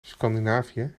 scandinavië